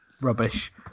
rubbish